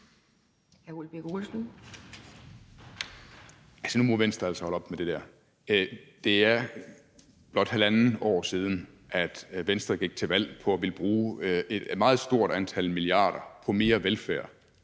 Nu må Venstre altså holde op med det der. Det er blot halvandet år siden, at Venstre gik til valg på at ville bruge et meget stort antal milliarder på mere velfærd